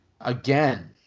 Again